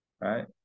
right